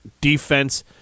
defense